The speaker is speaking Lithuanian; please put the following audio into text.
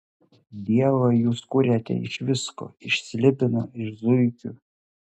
dievą jūs kuriate iš visko iš slibino iš zuikių